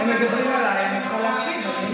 מדברים עליי, אני צריכה להקשיב, אתה יודע.